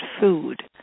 food